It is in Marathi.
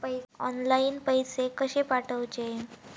ऑनलाइन पैसे कशे पाठवचे?